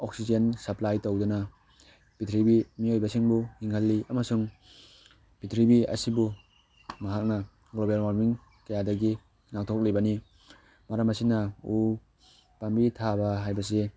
oxygen supply ꯇꯧꯗꯨꯅ ꯄꯤꯛꯊ꯭ꯔꯤꯕꯤ ꯃꯤꯑꯣꯏꯕꯁꯤꯡꯕꯨ ꯍꯤꯡꯍꯜꯂꯤ ꯑꯃꯁꯨꯡ ꯄꯤꯛꯊ꯭ꯔꯤꯕꯤ ꯑꯁꯤꯕꯨ ꯃꯍꯥꯛꯅ ꯒ꯭ꯂꯣꯕꯦꯜ ꯋꯥꯔꯃꯤꯡ ꯀꯌꯥꯗꯒꯤ ꯉꯥꯛꯊꯣꯛꯂꯤꯕꯅꯤ ꯃꯔꯝ ꯑꯁꯤꯅ ꯎ ꯄꯥꯝꯕꯤ ꯊꯥꯕ ꯍꯥꯏꯕꯁꯤ